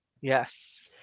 Yes